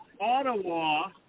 Ottawa –